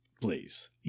please